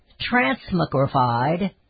transmogrified